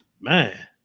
Man